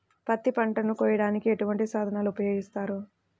పత్తి పంటను కోయటానికి ఎటువంటి సాధనలు ఉపయోగిస్తారు?